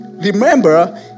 Remember